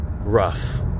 rough